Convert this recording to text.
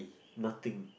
nothing